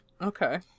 Okay